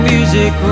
Music